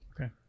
Okay